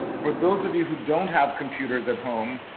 for those of you who don't have computers at home,